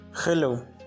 Hello